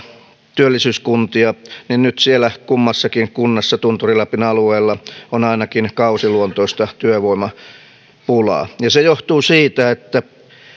työllisyyskuntia niin nyt siellä kummassakin kunnassa tunturi lapin alueella on ainakin kausiluontoista työvoimapulaa ja se johtuu siitä että